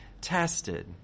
tested